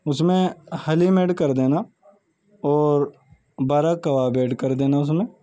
اس میں حلیم ایڈ کر دینا اور بارہ کباب ایڈ کر دینا اس میں